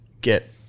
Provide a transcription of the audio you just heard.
Get